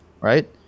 Right